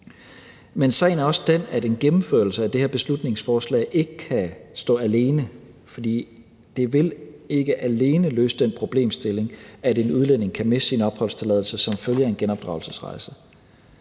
Men sagen er også den, at en gennemførelse af det her beslutningsforslag ikke kan stå alene, for det vil ikke alene løse den problemstilling, at en udlænding kan miste sin opholdstilladelse som følge af en genopdragelsesrejse.